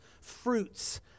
fruits